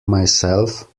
myself